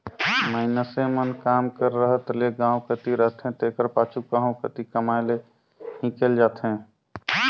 मइनसे मन काम कर रहत ले गाँव कती रहथें तेकर पाछू कहों कती कमाए लें हिंकेल जाथें